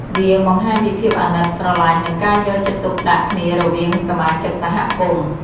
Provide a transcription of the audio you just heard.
វាបង្ហាញពីភាពអាណិត ស្រលាញ់ និងការយកចិត្តទុកដាក់គ្នារវាងសមាជិកសហគមន៍។